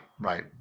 right